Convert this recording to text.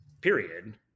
period